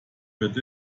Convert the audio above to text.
wird